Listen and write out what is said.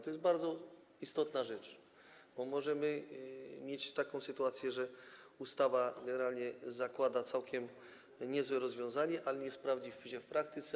To jest bardzo istotna rzecz, bo możemy mieć taką sytuację, że ustawa generalnie zakłada całkiem niezłe rozwiązanie, ale nie sprawdzi się w praktyce.